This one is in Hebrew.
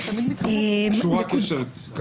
קשורה קשר קל.